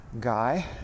guy